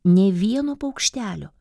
nė vieno paukštelio